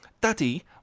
daddy